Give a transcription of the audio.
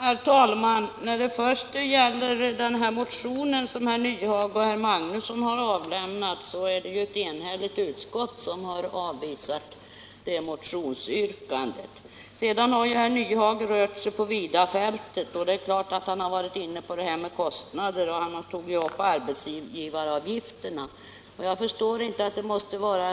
Herr talman! Vad först gäller den motion som herr Magnusson i Borås och herr Nyhage har väckt är det ett enhälligt utskott som avstyrkt yrkandet i den motionen. Sedan har herr Nyhage här rört sig på vida fält och bl.a. varit inne på kostnaderna och arbetsgivaravgifterna. Jag förstår inte att det måste vara